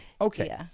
Okay